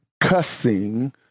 cussing